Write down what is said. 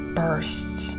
bursts